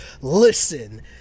listen